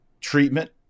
treatment